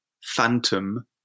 Phantom